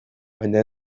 baina